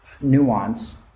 nuance